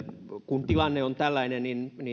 kun tilanne on tällainen